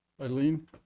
Eileen